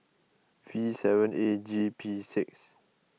V seven A G P six